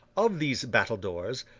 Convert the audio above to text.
of these battledores,